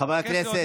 חברי הכנסת,